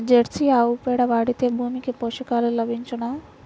Jersey ఆవు పేడ వాడితే భూమికి పోషకాలు లభించునా?